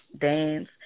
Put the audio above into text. dance